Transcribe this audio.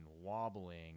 wobbling